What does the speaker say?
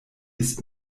ist